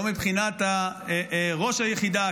לא מבחינת ראש היחידה,